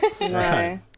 no